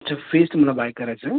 sir fridge तुम्हाला buy करायचा आहे